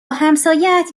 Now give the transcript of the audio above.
همسایهات